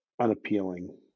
unappealing